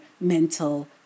mental